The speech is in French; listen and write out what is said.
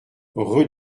rue